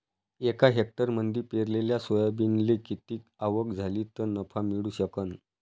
एका हेक्टरमंदी पेरलेल्या सोयाबीनले किती आवक झाली तं नफा मिळू शकन?